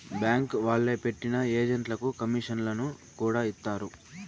bank వాళ్లే పెట్టిన ఏజెంట్లకు కమీషన్లను కూడా ఇత్తారు